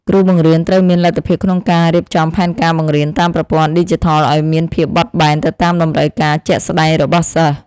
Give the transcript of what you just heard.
គ្រូបង្រៀនត្រូវមានលទ្ធភាពក្នុងការរៀបចំផែនការបង្រៀនតាមប្រព័ន្ធឌីជីថលឱ្យមានភាពបត់បែនទៅតាមតម្រូវការជាក់ស្តែងរបស់សិស្ស។